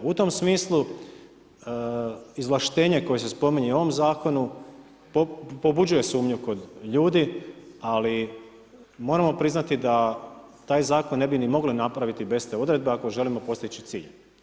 U tom smislu izvlaštenje koje se spominje u ovom zakonu, pobuđuje sumnju kod ljudi, ali moramo priznati da taj zakon ne bi mogli napraviti bez te odredbe, ako želimo postići cilj.